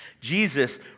Jesus